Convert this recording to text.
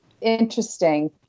interesting